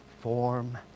form